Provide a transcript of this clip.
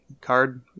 card